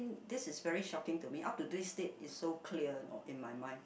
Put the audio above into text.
this is very shocking to me up to this state it's so clear you know in my mind